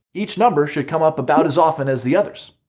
each number should come up about as often as the others.